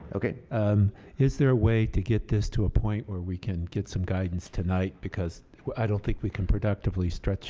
um is there a way to get this to a point where we can get some guidance tonight? because i don't think we can productively stretch